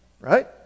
right